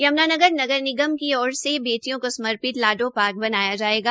यम्नानगर नगर निगम की ओर से बेटियों को समर्पित लाडो पार्क बनाया जायेगा